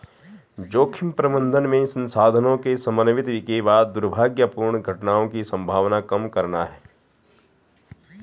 जोखिम प्रबंधन में संसाधनों के समन्वित के बाद दुर्भाग्यपूर्ण घटनाओं की संभावना कम करना है